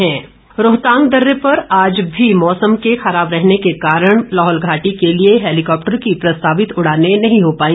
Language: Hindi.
उड़ान रदद रोहतांग दर्रे पर आज भी मौसम के खराब रहने के कारण लाहौल घाटी के लिए हैलीकॉप्टर की प्रस्तावित उड़ानें नहीं हो पाई